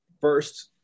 first